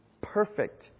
Perfect